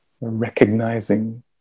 recognizing